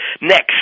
Next